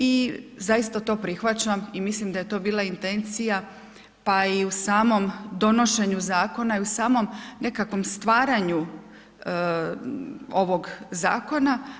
I zaista to prihvaćam i mislim da je to bila intencija, pa i u samom donošenju zakona i u samom nekakvom stvaranju ovog zakona.